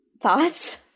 thoughts